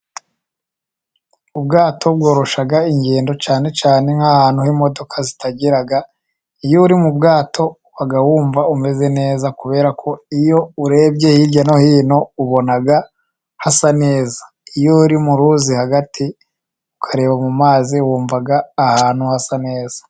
Ubwato bworosha ingendo cyane cyane nk'ahantu imodoka zitagera. Iyo uri mu bwato uba wumva umeze neza kubera iyo urebye hirya no hino ubona hasa neza. Iyo uri mu ruzi hagati ukareba mu mazi wumva ahantu hasa neza.